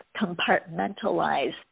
compartmentalize